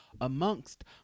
amongst